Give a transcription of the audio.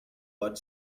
but